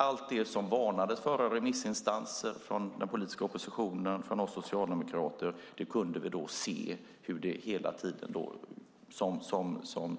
Allt det som varnades för från remissinstanser, den politiska oppositionen och oss socialdemokrater kunde vi se. Som